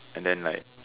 and then like